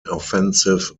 offensive